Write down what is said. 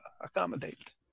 accommodate